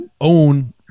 own